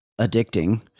addicting